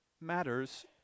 matters